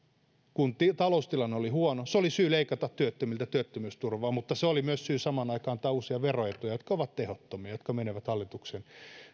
kun taloustilanne oli huono se oli syy leikata työttömiltä työttömyysturvaa mutta se oli myös syy samaan aikaan antaa uusia veroetuja jotka ovat tehottomia ja jotka menevät